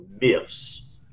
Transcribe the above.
myths